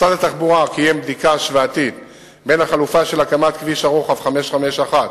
משרד התחבורה קיים בדיקה השוואתית בין החלופה של הקמת כביש הרוחב 551